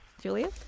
Julia